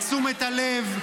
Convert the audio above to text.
את תשומת הלב,